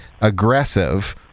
aggressive